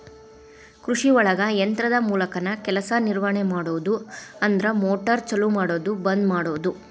ಕೃಷಿಒಳಗ ಯಂತ್ರದ ಮೂಲಕಾನ ಕೆಲಸಾ ನಿರ್ವಹಣೆ ಮಾಡುದು ಅಂದ್ರ ಮೋಟಾರ್ ಚಲು ಮಾಡುದು ಬಂದ ಮಾಡುದು